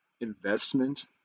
investment